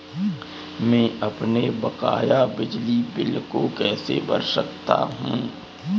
मैं अपने बकाया बिजली बिल को कैसे भर सकता हूँ?